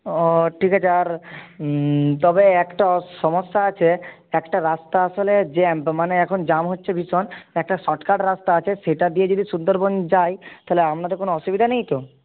ও ঠিক আছে আর তবে একটা সমস্যা আছে একটা রাস্তা আসলে জ্যাম তো মানে এখন জ্যাম হচ্ছে ভীষণ একটা শর্টকাট রাস্তা আছে সেটা দিয়ে যদি সুন্দরবন যাই তাহলে আপনাদের কোনো অসুবিধা নেই তো